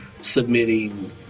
submitting